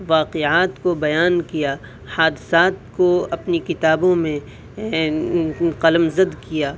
واقعات کو بیان کیا حادثات کو اپنی کتابوں میں قلم زد کیا